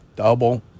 Double